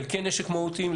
חלקי נשק מהותיים,